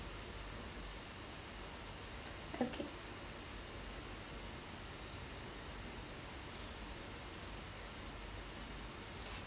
okay